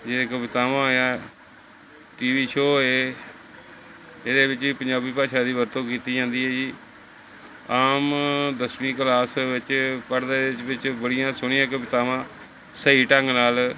ਜਿਵੇਂ ਕਵਿਤਾਵਾਂ ਹੋਇਆ ਟੀਵੀ ਸ਼ੋਅ ਹੋਏ ਇਹਦੇ ਵਿੱਚ ਵੀ ਪੰਜਾਬੀ ਭਾਸ਼ਾ ਦੀ ਵਰਤੋਂ ਕੀਤੀ ਜਾਂਦੀ ਹੈ ਜੀ ਆਮ ਦਸਵੀਂ ਕਲਾਸ ਵਿੱਚ ਪੜ੍ਹਦੇ ਵਿੱਚ ਬੜੀਆਂ ਸੋਹਣੀਆਂ ਕਵਿਤਾਵਾਂ ਸਹੀ ਢੰਗ ਨਾਲ